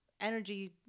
energy